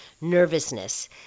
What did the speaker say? nervousness